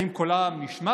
האם קולם נשמע?